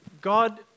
God